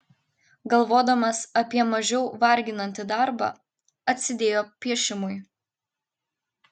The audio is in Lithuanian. galvodamas apie mažiau varginantį darbą atsidėjo piešimui